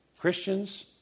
Christians